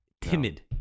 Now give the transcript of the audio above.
Timid